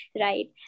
right